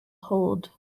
hold